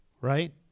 right